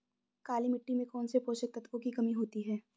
काली मिट्टी में कौनसे पोषक तत्वों की कमी होती है?